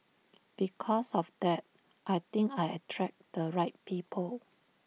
because of that I think I attract the right people